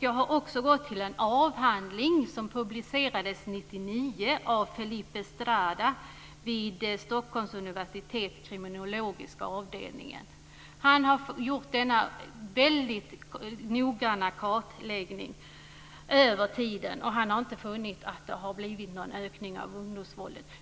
Jag har också läst en avhandling från Felipe Estrada vid Stockholms universitets kriminologiska avdelning. Den publicerades 1999. Han har gjort denna noggranna kartläggning över tiden, och han har inte funnit att det har skett någon ökning av ungdomsvåldet.